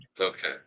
Okay